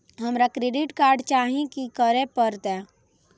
हमरा credit card चाही की करे परतै?